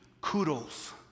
kudos